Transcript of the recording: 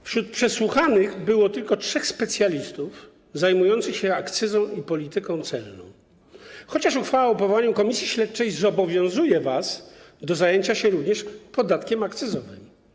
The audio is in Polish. Wśród przesłuchanych było tylko trzech specjalistów zajmujących się akcyzą i polityką celną, chociaż uchwała o powołaniu komisji śledczej zobowiązuje was do zajęcia się również podatkiem akcyzowym.